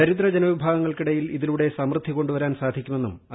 ദരിദ്ര ജനവിഭാഗങ്ങൾക്കിടയിൽ ഇതിലൂടെ സമൃദ്ധി കൊണ്ടുവരാൻ സാധിക്കുമെന്നും പ്രകടിപ്പിച്ചു